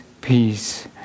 peace